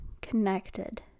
connected